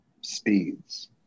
speeds